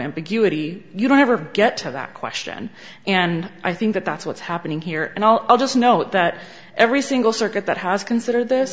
ambiguity you don't ever get to that question and i think that that's what's happening here and i'll just note that every single circuit that house consider this